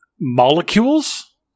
molecules